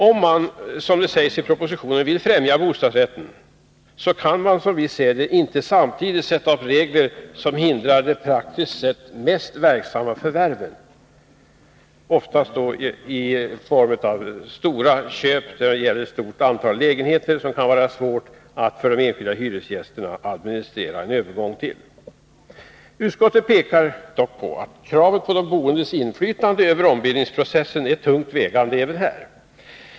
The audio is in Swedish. Om man, som det sägs i propositionen, vill främja bostadsrätten, kan man som vi ser det inte samtidigt sätta upp regler som hindrar de praktiskt sett mest verksamma förvärven — oftast då det gäller köp av ett stort antal lägenheter, när det kan vara svårt för de enskilda hyresgästerna att administrera en övergång. Utskottet påpekar dock att kravet på de boendes inflytande över ombildningsprocessen är tungt vägande även här.